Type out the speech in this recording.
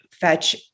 fetch